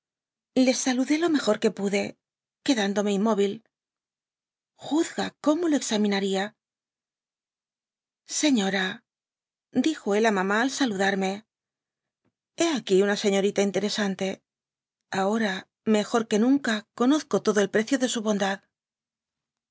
negro le salúdelo mejor quepude quedandonie inniqvil í juzga como lo exáminária señora dijo él a mamá al saludarme hé aquí uria señorita mteresante ahora mejor que nunca conozco todo el precio de subondad